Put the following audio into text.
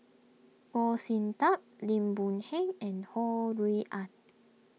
Goh Sin Tub Lim Boon Keng and Ho Rui An